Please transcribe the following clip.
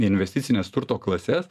investicines turto klases